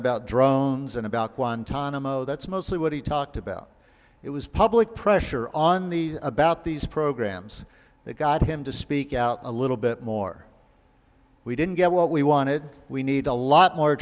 about drones and about guantanamo that's mostly what he talked about it was public pressure on these about these programs that got him to speak out a little bit more we didn't get what we wanted we need a lot more